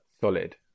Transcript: solid